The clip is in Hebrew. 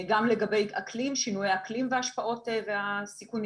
גם לגבי שינויי אקלים והשפעות וסיכונים